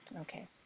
Okay